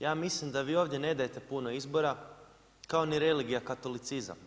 Ja mislim da vi ovdje ne dajete puno izbora kao niti religija katolicizam.